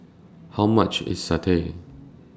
How much IS Satay